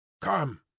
Come